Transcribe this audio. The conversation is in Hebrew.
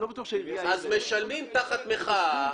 משלמים תחת מחאה,